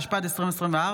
התשפ"ד 2024,